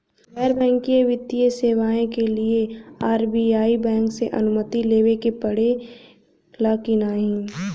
गैर बैंकिंग वित्तीय सेवाएं के लिए आर.बी.आई बैंक से अनुमती लेवे के पड़े ला की नाहीं?